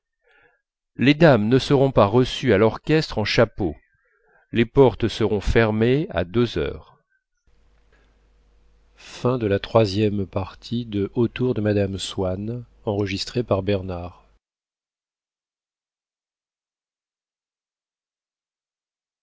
les dames ne seront pas reçues à l'orchestre en chapeau les portes seront fermées à deux heures